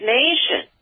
nation